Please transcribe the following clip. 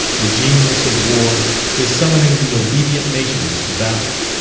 the genius of war is summoning the obedient nations to battle.